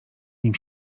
nim